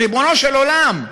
ריבונו של עולם,